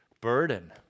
burden